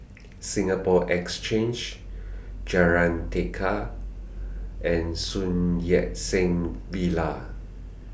Singapore Exchange Jalan Tekad and Sun Yat Sen Villa